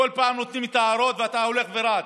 בכל פעם נותנים את ההערות, ואתה הולך ורץ.